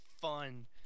fun